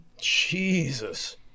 Jesus